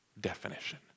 definition